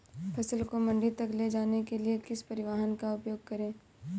फसल को मंडी तक ले जाने के लिए किस परिवहन का उपयोग करें?